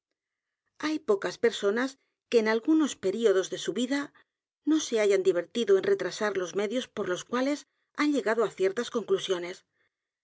hay pocas personas que en algunos períodos de su vida no se hayan divertido en r e t r a s a r los medios por los cuales han llegado á ciertas conclusiones